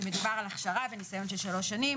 שמדובר על הכשרה וניסיון של שלוש שנים